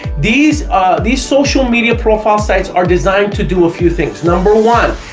these these social media profile sites are designed to do a few things, number one,